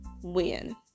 win